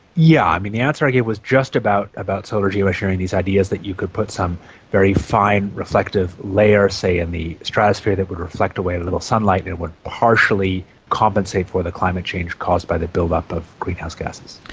yeah the answer i gave was just about about solar geo-engineering, these ideas that you could put some very fine reflective layer, say, in the stratosphere that would reflect away a little sunlight and it would partially compensate for the climate change caused by the build-up of greenhouse gases.